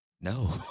no